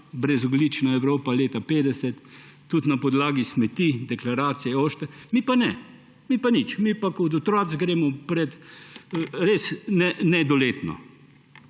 brezogljična Evropa leta 2050 – tudi na podlagi smeti, in deklaracijo. Mi pa ne, mi pa nič, mi pa kot otroci gremo … res nedoletno.